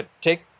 take